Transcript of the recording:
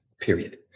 period